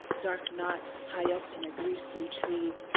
dark knot high up in a greasy tree,